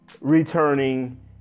returning